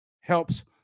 helps